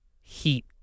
heat